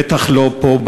בטח לא פה,